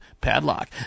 Padlock